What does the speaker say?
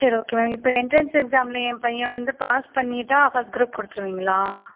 சரி okay ma'am இப்போ entrance எக்ஸாமில் என் பையன் வந்து பாஸ் பண்ணிட்டால் ஃபஸ்ட் குரூப் கொடுத்துருவீங்களா